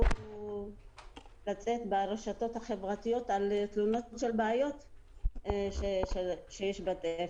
לצאת ברשתות החברתיות תלונות של בעיות שיש בטף